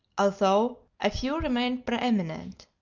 although a few remain preeminent.